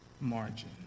margin